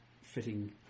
fitting